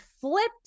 flipped